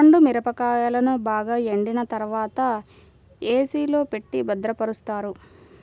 పండు మిరపకాయలను బాగా ఎండిన తర్వాత ఏ.సీ లో పెట్టి భద్రపరుస్తారు